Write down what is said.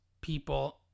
people